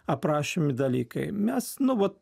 aprašomi dalykai mes nu vat